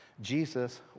Jesus